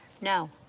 No